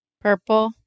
Purple